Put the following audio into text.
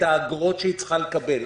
את האגרות שהיא צריכה לקבל.